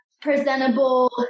presentable